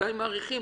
מתי מאריכים.